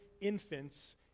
infants